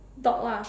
dog lah